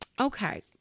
Okay